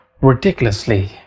Ridiculously